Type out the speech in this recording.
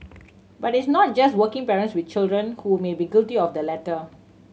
but it is not just working parents with children who may be guilty of the latter